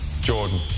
Jordan